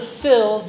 fill